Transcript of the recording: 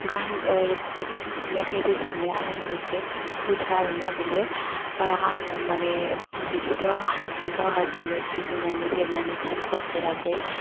गान खन मेथाइ रोजाबनाया आंनि मोनसे हुदा आरोना बेयो आङो माने बिदिथ' आं हारसिं गाव हारसिंनो सुजुनानै लिरनानै गान खनफेराखै